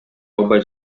албай